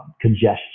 congestion